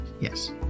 Yes